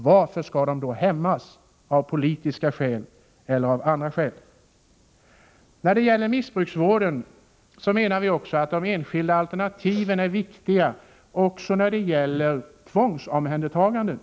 Varför skall de då hämmas, av politiska eller av andra skäl? Vi menar beträffande missbruksvården också att de enskilda alternativen är viktiga i samband med tvångsomhändertaganden.